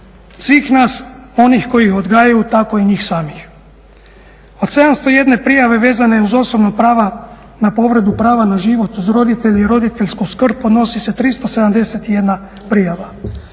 svih nas, onih koji ih odgajaju, tako i njih samih. Od 701 prijave vezane uz osobna prava na povredu prava na život uz roditelje i roditeljsku skrb podnosi se 371 prijava.